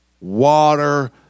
water